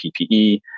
PPE